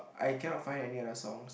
I cannot find any other songs